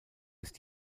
ist